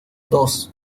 dos